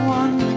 one